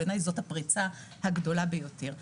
בעיניי זאת הפריצה הגדולה ביותר.